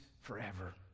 forever